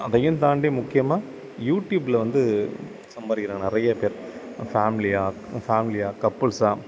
அதையும் தாண்டி முக்கியமாக யூடியூபில் வந்து சம்பாதிக்கிற நிறைய பேர் ஃபேமிலியாக ஃபேமிலியாக கப்புல்ஸாக